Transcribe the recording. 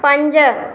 पंज